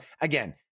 again